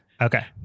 Okay